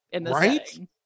Right